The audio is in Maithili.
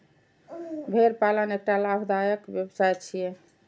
भेड़ पालन एकटा लाभदायक व्यवसाय छियै